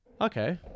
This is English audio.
Okay